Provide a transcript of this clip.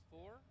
Four